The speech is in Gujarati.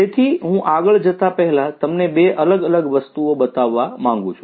તેથી હું આગળ જતા પહેલાં તમને બે અલગ અલગ વસ્તુઓ બતાવવા માંગું છું